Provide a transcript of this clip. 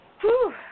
Whew